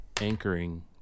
anchoring